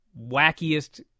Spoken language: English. wackiest